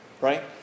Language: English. Right